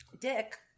Dick